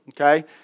Okay